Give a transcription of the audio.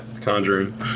Conjuring